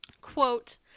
Quote